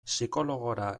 psikologora